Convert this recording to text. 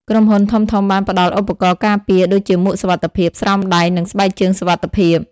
ក្រុមហ៊ុនធំៗបានផ្តល់ឧបករណ៍ការពារដូចជាមួកសុវត្ថិភាព ស្រោមដៃ និងស្បែកជើងសុវត្ថិភាព។